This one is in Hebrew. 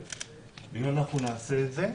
אם אנחנו נעשה את זה,